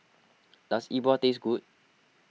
does Yi Bua taste good